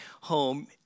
home